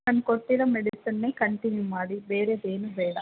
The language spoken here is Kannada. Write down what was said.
ನಾನು ಕೊಟ್ಟಿರೋ ಮೆಡಿಸನ್ನೆ ಕಂಟಿನ್ಯೂ ಮಾಡಿ ಬೇರೆದು ಏನೂ ಬೇಡ